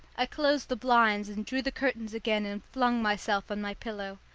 i closed the blinds and drew the curtains again and flung myself on my pillow.